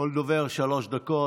לכל דובר שלוש דקות.